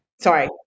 Sorry